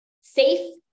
safe